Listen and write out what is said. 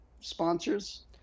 sponsors